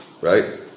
right